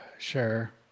Sure